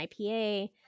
IPA